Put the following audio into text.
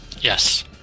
Yes